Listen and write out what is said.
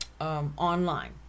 online